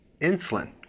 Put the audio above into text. insulin